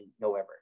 November